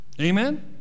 Amen